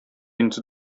into